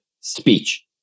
speech